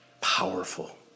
powerful